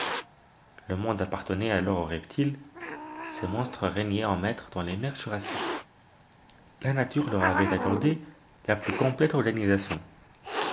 le monde appartenait alors aux reptiles ces monstres régnaient en maîtres dans les mers jurassiques la nature leur avait accordé la plus complète organisation